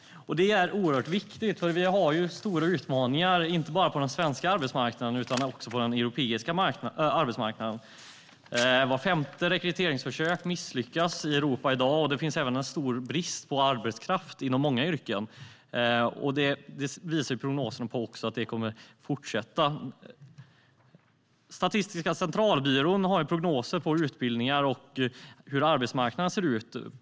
Detta är viktigt, för vi har stora utmaningar, inte bara på den svenska arbetsmarknaden utan också på den europeiska. Vart femte rekryteringsförsök misslyckas i Europa i dag, och det finns en stor brist på arbetskraft inom många yrken. Prognosen visar att detta kommer att fortsätta. Statistiska centralbyrån har prognoser för utbildningar och hur arbetsmarknaden ser ut.